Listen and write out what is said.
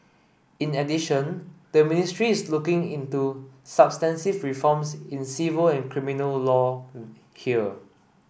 in addition the ministry is looking into substantive reforms in civil and criminal law here